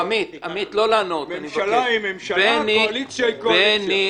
ממשלה היא ממשלה, קואליציה היא קואליציה.